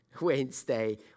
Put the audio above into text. Wednesday